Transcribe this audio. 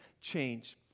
change